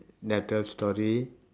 ya twelve storey